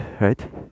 right